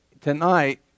tonight